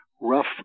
rough